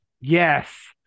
yes